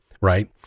Right